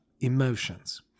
emotions